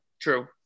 True